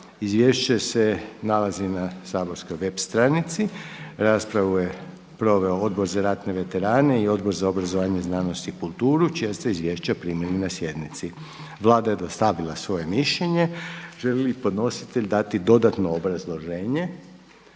izvješće se nalazi na saborskoj web stranici. Raspravu je proveo Odbor za ratne veterane i Odbor za obrazovanje, znanost i kulturu čija ste izvješća primili na sjednici. Vlada je dostavila svoje mišljenje. Želi li podnositelj dati dodatno obrazloženje?